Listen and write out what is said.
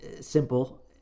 simple